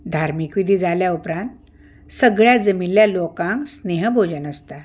धार्मिक विधी जाल्या उपरांत सगळ्या जमिल्ल्या लोकांक स्नेह पुजन आसता